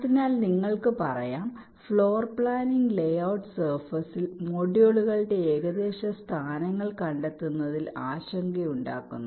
അതിനാൽ നിങ്ങൾക്ക് പറയാം ഫ്ലോർ പ്ലാനിംഗ് ലേ ഔട്ട് സർഫേസിൽ മൊഡ്യൂളുകളുടെ ഏകദേശ സ്ഥാനങ്ങൾ കണ്ടെത്തുന്നതിൽ ആശങ്കയുണ്ടാക്കുന്നു